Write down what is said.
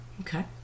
Okay